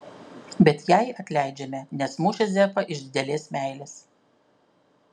bet jai atleidžiame nes mušė zefą iš didelės meilės